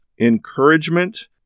encouragement